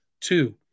two